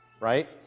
right